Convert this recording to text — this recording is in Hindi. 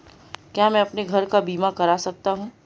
क्या मैं अपने घर का बीमा करा सकता हूँ?